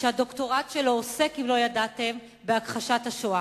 שהדוקטורט שלו עוסק, אם לא ידעתם, בהכחשת השואה.